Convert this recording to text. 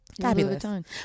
fabulous